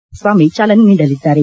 D Kumaraswamy ಚಾಲನೆ ನೀಡಲಿದ್ದಾರೆ